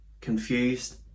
confused